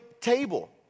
table